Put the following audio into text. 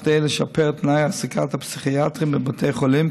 כדי לשפר את תנאי העסקת הפסיכיאטרים בבתי החולים,